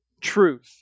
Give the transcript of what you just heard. truth